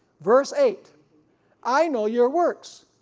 verse eight i know your works.